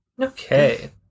Okay